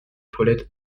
toilettes